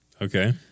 okay